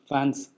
Fans